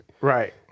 Right